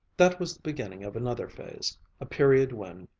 that was the beginning of another phase a period when,